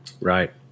Right